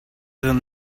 than